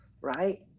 right